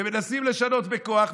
ומנסים לשנות בכוח,